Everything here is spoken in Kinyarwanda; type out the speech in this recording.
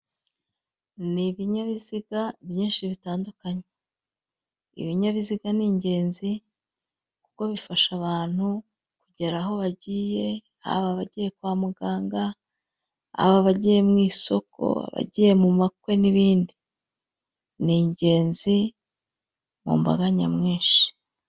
Ni ibinyabiziga byinshi bitandukanye, ibinyabiziga ni ingenzi kuko bifasha abantu kugera aho bagiye, haba abagiye kwa muganga, haba abagiye mu isoko, bagiye mu makwe n'ibindi, ni ingenzi mu mbaga nyamwinshi.